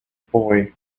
boy